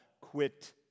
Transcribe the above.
quit